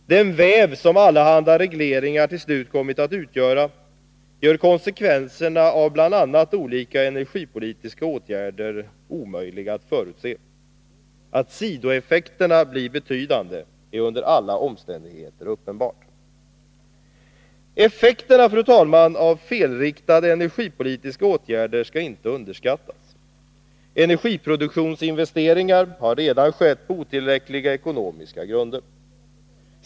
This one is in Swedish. Den väv som allehanda regleringar till slut kommit att utgöra gör konsekvenserna av bl.a. olika energipolitiska åtgärder omöjliga att förutse. Att sidoeffekterna blir betydande är under alla omständigheter uppenbart. Effekterna av felriktade energipolitiska åtgärder skall inte underskattas. Energiproduktionsinvesteringar har redan skett på otillräckliga ekonomiska grunder.